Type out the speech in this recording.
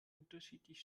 unterschiedlich